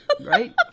Right